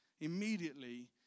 immediately